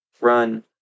run